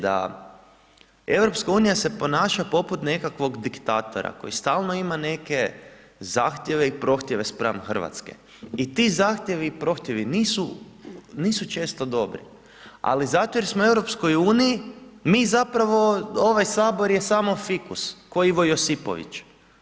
Da EU se ponaša poput nekakvog diktatora koji stalno ima neke zahtjeve i prohtjeve spram Hrvatske i ti zahtjevi i prohtjevi nisu često dobri ali zato jer smo EU mi zapravo, ovaj Sabor je samo fikus, kao Ivo Josipović.